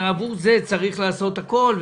שעבורם צריך לעשות הכול,